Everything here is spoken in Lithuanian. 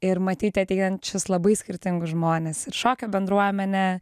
ir matyti ateinančius labai skirtingus žmones ir šokio bendruomenę